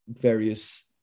various